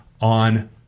on